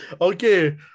Okay